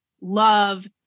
love